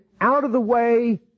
out-of-the-way